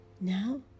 Now